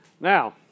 Now